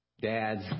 dads